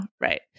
right